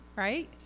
right